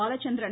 Balachandran